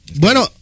Bueno